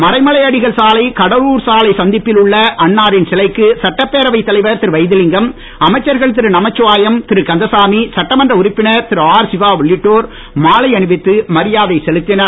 மறைமலை அடிகள் சாலை கடலூர் சாலை சந்திப்பில் உள்ள அன்னாரின் சிலைக்கு சட்டப்பேரவைத் தலைவர் திரு வைத்திலிங்கம் அமைச்சர்கள் திரு நமச்சிவாயம் திரு கந்தசாமி சட்டமன்ற உறுப்பினர் திரு ஆர் சிவா உள்ளிட்டோர் மாலை அணிவித்து மரியாதை செலுத்தினர்